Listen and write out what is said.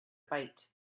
bite